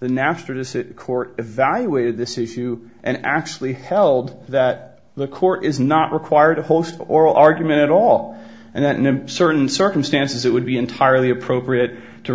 the napster to see court evaluated this issue and actually held that the court is not required to host an oral argument at all and then in certain circumstances it would be entirely appropriate to